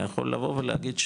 יכול לבוא ולהגיד,